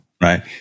Right